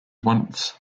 once